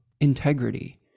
integrity